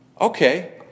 Okay